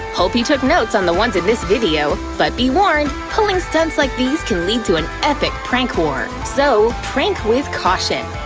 hope you took notes on the ones in this video! but be warned, pulling stunts like these can lead to an epic prank war, so prank with caution!